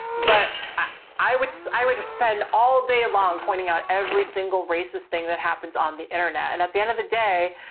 but i, i would, so i would spend all day long pointing out every single racist thing that happens on the internet. and at the end of the day,